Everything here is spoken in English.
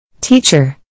Teacher